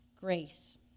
grace